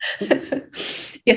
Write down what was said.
Yes